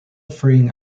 freeing